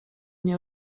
nie